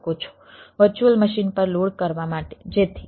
virtual machine પર load કરવા માટે જેથી